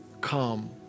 come